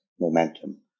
momentum